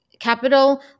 capital